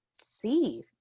see